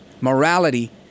Morality